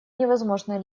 невозможно